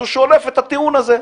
אז הוא שולף את הטיעון הזה.